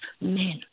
men